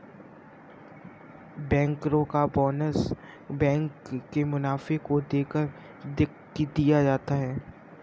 बैंकरो का bonus bank के मुनाफे को देखकर दिया जाता है